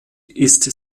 ist